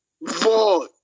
void